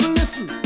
listen